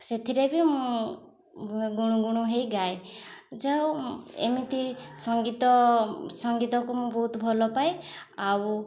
ସେଥିରେ ବି ମୁଁ ଗୁଣୁଗୁଣୁ ହେଇ ଗାଏ ଯାହଉ ଏମିତି ସଙ୍ଗୀତ ସଙ୍ଗୀତକୁ ମୁଁ ବହୁତ ଭଲ ପାଏ ଆଉ